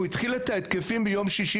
הוא התחיל את ההתקפים ביום שישי